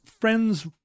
Friends